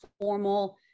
formal